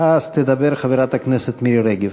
תדבר חברת הכנסת מירי רגב.